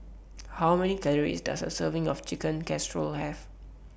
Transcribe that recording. How Many Calories Does A Serving of Chicken Casserole Have